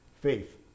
Faith